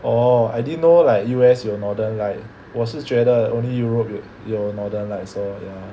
orh I didn't know like U_S 有 northern light 我是觉得 only Europe 有有 northern lights so ya